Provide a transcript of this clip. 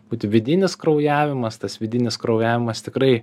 būti vidinis kraujavimas tas vidinis kraujavimas tikrai